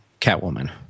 Catwoman